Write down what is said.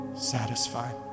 satisfied